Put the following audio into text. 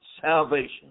salvation